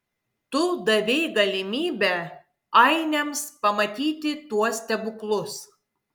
tu davei galimybę ainiams pamatyti tuos stebuklus